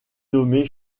nommée